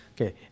okay